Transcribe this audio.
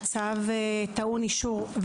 הצו טעון אישור הממשלה,